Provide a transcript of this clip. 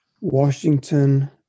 Washington